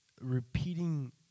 repeating